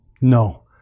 No